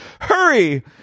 Hurry